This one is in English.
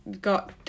got